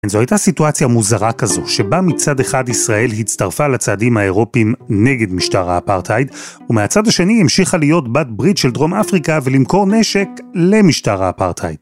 זו הייתה סיטואציה מוזרה כזו, שבה מצד אחד ישראל הצטרפה לצעדים האירופים נגד משטר האפרטהייד, ומהצד השני המשיכה להיות בת ברית של דרום אפריקה ולמכור נשק למשטר האפרטהייד.